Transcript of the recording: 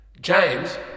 James